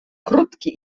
krótki